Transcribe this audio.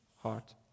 heart